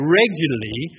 regularly